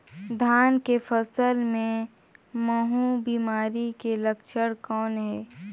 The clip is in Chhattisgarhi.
धान के फसल मे महू बिमारी के लक्षण कौन हे?